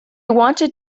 wanted